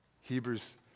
Hebrews